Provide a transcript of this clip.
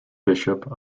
bishop